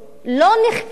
לא נחקרו,